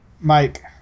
Mike